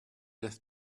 lève